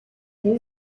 new